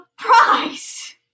surprise